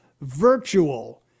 virtual